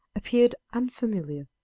appeared unfamiliar.